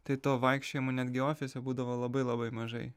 tai to vaikščiojimo netgi ofise būdavo labai labai mažai